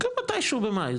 מתישהו במאי,